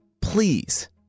please